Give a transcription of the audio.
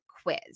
quiz